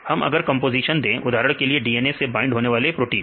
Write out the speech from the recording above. हम अगर कंपोजिशन दे उदाहरण के लिए DNA से बाइंड होने वाली प्रोटीन